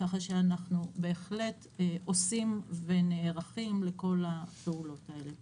כך שאנחנו בהחלט עושים ונערכים לכל הפעולות האלה.